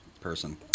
person